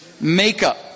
Makeup